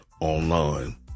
online